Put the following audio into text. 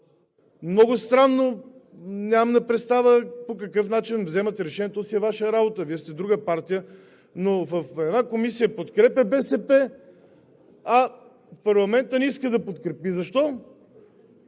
Много странно! Нямам представа по какъв начин вземате решение – то си е Ваша работа, Вие сте друга партия. В една комисия – БСП подкрепя, а в парламента не иска да подкрепи. Защо?